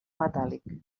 metàl·lic